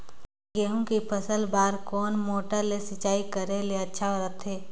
गहूं के फसल बार कोन मोटर ले सिंचाई करे ले अच्छा रथे?